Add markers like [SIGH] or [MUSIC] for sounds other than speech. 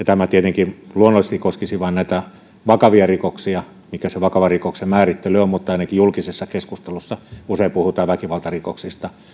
[UNINTELLIGIBLE] tämä tietenkin luonnollisesti koskisi vain näitä vakavia rikoksia mikä se vakavan rikoksen määrittely sitten onkaan mutta ainakin julkisessa keskustelussa usein puhutaan väkivaltarikoksista